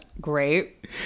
great